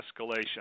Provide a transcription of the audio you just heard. escalation